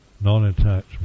non-attachment